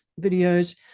videos